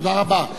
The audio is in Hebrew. תודה רבה.